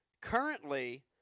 currently